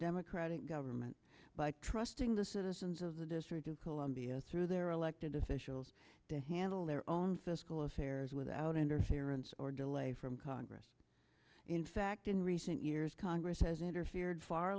democratic government by trusting the citizens of the district of columbia through their elected officials to handle their own fiscal affairs without interference or delay from congress in fact in recent years congress has interfered far